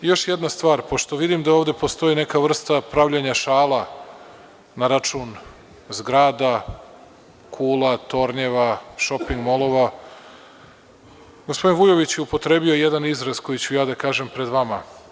Još jedna stvar, pošto vidim da ovde postoji neka vrsta pravljenja šala na račun zgrada, kula, tornjeva, šopin molova, gospodin Vujević je upotrebio jedan izraz koji ću ja da kažem pred vama.